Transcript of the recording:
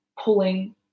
pulling